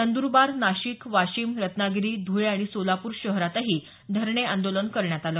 नंद्रबार नाशिक वाशिम रत्नागिरी धुळे आणि सोलापूर शहरातही धरणे आंदोलन करण्यात आलं